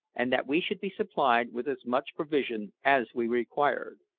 and that we should be supplied with as much provision as we required.